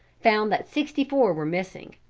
found that sixty-four were missing.